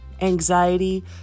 anxiety